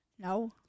No